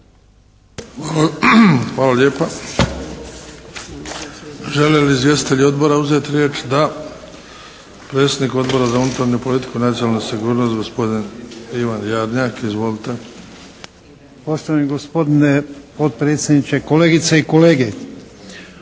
Hvala lijepa. Žele li izvjestitelji odbora uzeti riječ? Da. Predsjednik Odbora za unutarnju politiku i nacionalnu sigurnost, gospodin Ivan Jarnjak. Izvolite. **Jarnjak, Ivan (HDZ)** Poštovani gospodine potpredsjedniče, kolegice i kolege.